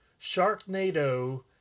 Sharknado